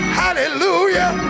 hallelujah